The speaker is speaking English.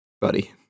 buddy